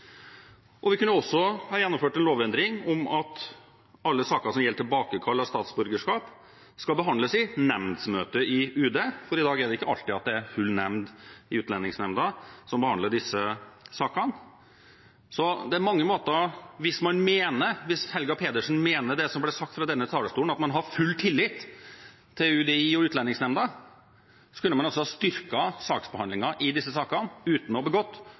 Vi kunne også ha gjennomført en lovendring om at alle saker som gjelder tilbakekall av statsborgerskap, skal behandles i nemndsmøte i UNE, for i dag er det ikke alltid en full nemnd i Utlendingsnemnda som behandler disse sakene. Så hvis Helga Pedersen mener det som ble sagt fra denne talerstolen, at man har full tillit til UDI og Utlendingsnemnda, kunne man ha styrket saksbehandlingen i disse sakene uten å ha begått